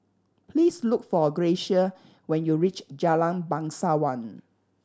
please look for Gracia when you reach Jalan Bangsawan